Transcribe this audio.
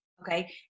okay